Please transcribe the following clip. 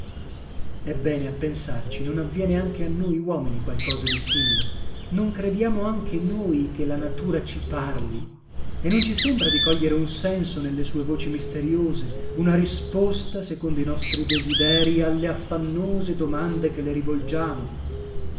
ebbene a pensarci non avviene anche a noi uomini qualcosa di simile non crediamo anche noi che la natura ci parli e non ci sembra di cogliere un senso nelle sue voci misteriose una risposta secondo i nostri desiderii alle affannose domande che le rivolgiamo